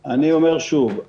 אני אומר שוב,